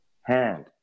hand